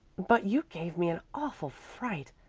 but you gave me an awful fright.